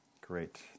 great